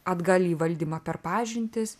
atgal į valdymą per pažintis